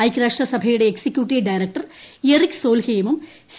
ഐകൃരാഷ്ട്ര സഭയുടെ executive director Erik സോൽഹേയ്മും സി